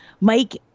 Mike